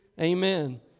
Amen